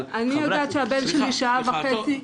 אבל חברי --- אני יודעת שהבן שלי שעה וחצי --- סליחה,